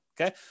Okay